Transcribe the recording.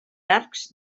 arcs